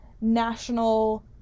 national